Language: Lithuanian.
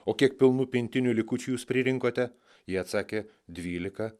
o kiek pilnų pintinių likučių jūs pririnkote jie atsakė dvylika